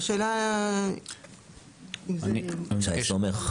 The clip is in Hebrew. שי סומך?